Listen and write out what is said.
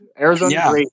Arizona